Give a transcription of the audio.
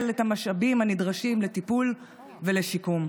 את המשאבים הנדרשים לטיפול ולשיקום.